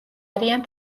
არიან